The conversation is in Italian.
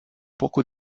poco